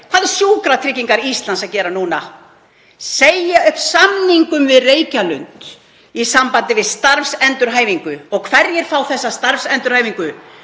Hvað eru Sjúkratryggingar Íslands að gera núna? Segja upp samningum við Reykjalund í sambandi við starfsendurhæfingu. Og hverjir fá þessa starfsendurhæfingu?